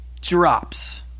drops